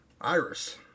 Iris